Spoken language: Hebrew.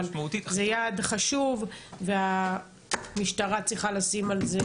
זה יעד חשוב והמשטרה צריכה לשים על זה